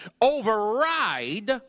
override